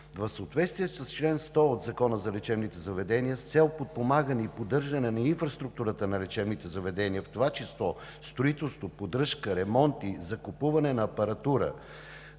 В съответствие с чл. 100 от Закона за лечебните заведения с цел подпомагане и поддържане на инфраструктурата на лечебните заведения, в това число строителство, поддръжка, ремонти, закупуване на апаратура,